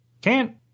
Can't